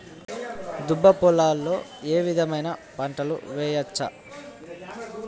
దుబ్బ పొలాల్లో ఏ విధమైన పంటలు వేయచ్చా?